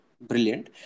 brilliant